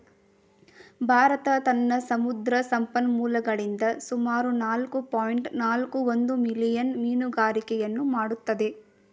ಭಾರತ ತನ್ನ ಸಮುದ್ರ ಸಂಪನ್ಮೂಲಗಳಿಂದ ಸುಮಾರು ನಾಲ್ಕು ಪಾಯಿಂಟ್ ನಾಲ್ಕು ಒಂದು ಮಿಲಿಯನ್ ಮೀನುಗಾರಿಕೆಯನ್ನು ಮಾಡತ್ತದೆ